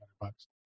bucks